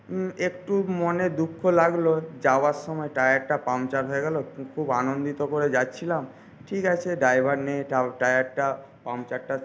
একটু মনে দুঃখ লাগলো যাওয়ার সময় টায়ারটা পাংচার হয়ে গেল খুব আনন্দ করে যাচ্ছিলাম ঠিক আছে ড্রাইভার নেই টায়ারটা পাংচারটা